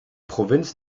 provinz